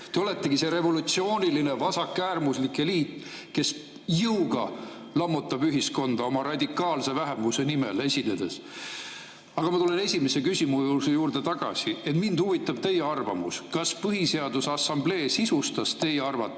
te oletegi see revolutsiooniline, vasakäärmuslik eliit, kes jõuga lammutab ühiskonda radikaalse vähemuse nimel esinedes. Aga ma tulen esimese küsimuse juurde tagasi. Mind huvitab teie arvamus, kas Põhiseaduse Assamblee sisustas teie arvates